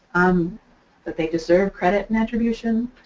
um that they deserve credit and attribution.